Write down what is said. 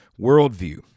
worldview